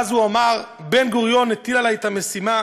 ואז, הוא אמר: בן-גוריון הטיל עלי את המשימה.